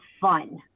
fun